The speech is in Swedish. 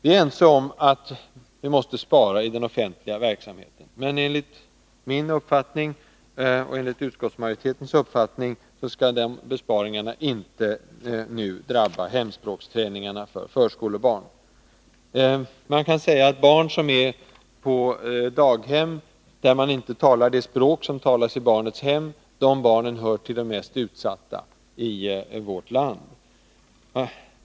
Vi är ense om att vi måste spara i den offentliga verksamheten. Men enligt utskottsmajoritetens uppfattning skall de besparingarna inte drabba hem språksträningen för förskolebarn. De barn som är på daghem där man inte talar det språk som talas i barnets hem hör till de mest utsatta i vårt land.